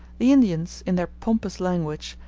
the indians, in their pompous language,